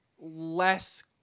less